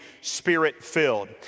Spirit-filled